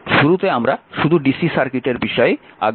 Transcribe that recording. শুরুতে আমরা শুধু dc সার্কিটের বিষয়ে আগ্রহী